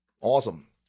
awesome